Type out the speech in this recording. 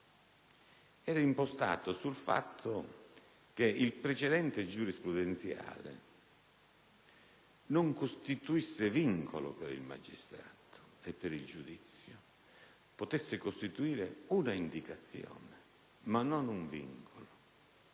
era impostato sul fatto che il precedente giurisprudenziale non costituisse vincolo per il magistrato e per il giudizio; potesse costituire un'indicazione, ma - ripeto